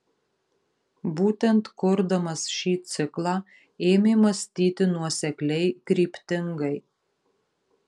būtent kurdamas šį ciklą ėmė mąstyti nuosekliai kryptingai